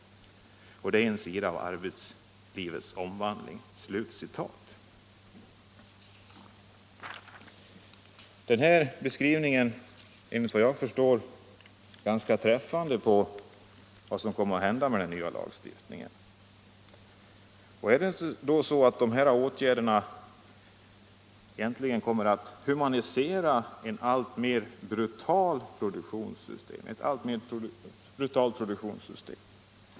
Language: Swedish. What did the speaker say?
Detta är en sida av arbetslivets omvandling.” Efter vad jag förstår är detta en ganska träffande beskrivning av vad som kommer att hända med den nya lagstiftningen. Kommer då de här åtgärderna verkligen att humanisera ett allt brutalare produktionssystem?